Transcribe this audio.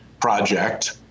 Project